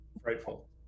frightful